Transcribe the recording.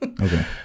okay